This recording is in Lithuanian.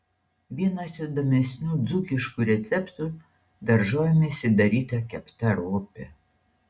vienas įdomesnių dzūkiškų receptų daržovėmis įdaryta kepta ropė